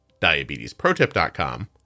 DiabetesProTip.com